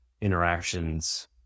interactions